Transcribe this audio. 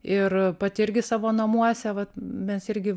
ir pati irgi savo namuose vat mes irgi